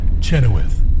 Chenoweth